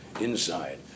inside